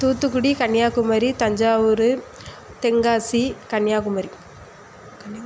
Thoothukudi Kanyakumari Thanjavur Tenkasi Kanyakumari Kanniya